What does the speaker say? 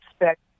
expect